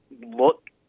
look